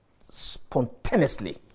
spontaneously